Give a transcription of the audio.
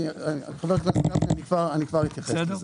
אני כבר אתייחס לזה.